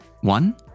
One